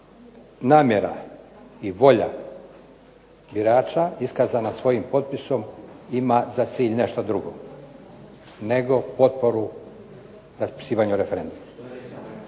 namjera i volja birača iskazana svojim potpisom ima za cilj nešto drugo nego potporu o raspisivanju referenduma.